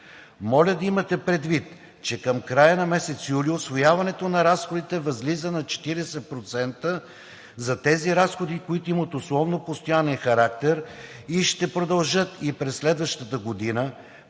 Моля да имате предвид, че към края на месец юли усвояването на разходите възлиза на 40% за тези разходи, които имат условно постоянен характер и ще продължат и през следващата година.